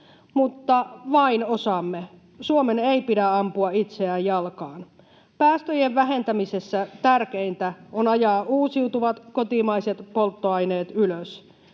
Mutta vain osamme. Suomen ei pidä ampua itseään jalkaan. Päästöjen vähentämisessä tärkeintä on ajaa uusiutuvat kotimaiset polttoaineet ylös